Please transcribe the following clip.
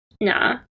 nah